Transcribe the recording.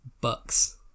Bucks